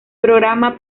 programa